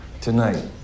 tonight